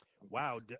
Wow